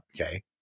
okay